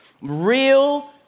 real